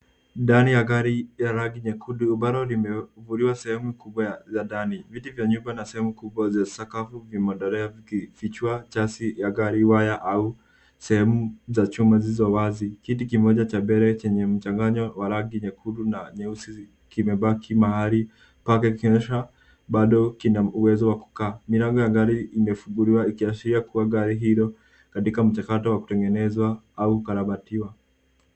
Ndani ya gari ya rangi nyekundu ambalo limevuliwa sehemu kubwa ya- za ndani. Viti vya nyuma na sehemu kubwa ya sakafu vimeondolewa vikifichua chasi ya gari, waya au sehemu za chuma zilizowazi. Kiti kimoja cha mbele chenye mchanganyo wa rangi nyekundu na nyeusi zi- kimebaki mahali pake kikionyeshwa bado kina uwezo wa kukaa. Milango ya gari imefunguliwa ikiashiria kuwa gari liko katika mchakato wa kutengenezwa au kukarabatiwa.